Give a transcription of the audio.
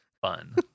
Fun